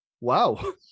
Wow